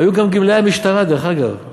היו גם גמלאי משטרה, דרך אגב.